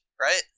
right